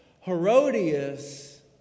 Herodias